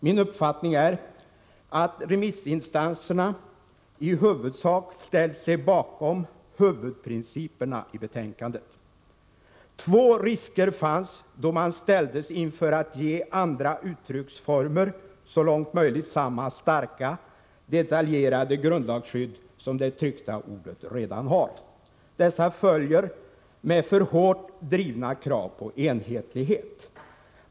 Min uppfattning är att remissinstanserna i huvudsak har ställt sig bakom huvudprinciperna i betänkandet. Två risker fanns då man ställdes inför att ge andra uttrycksformer så långt möjligt samma starka, detaljerade grundlagsskydd som det tryckta ordet redan har. Dessa följer med för hårt drivna krav på enhetlighet.